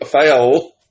fail